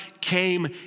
came